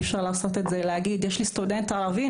אי-אפשר לעשות את זה ולהגיד: יש לי סטודנט ערבי,